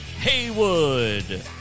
Haywood